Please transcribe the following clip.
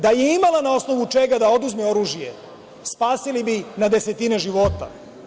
Da je imala na osnovu čega da oduzme oružje, spasili bi na desetine života.